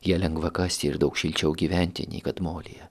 ją lengva kasti ir daug šilčiau gyventi nei kad molyje